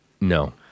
No